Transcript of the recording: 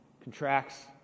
contracts